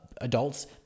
adults